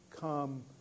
come